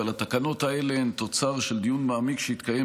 אבל התקנות האלה הן תוצר של דיון מעמיק שהתקיים